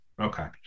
Okay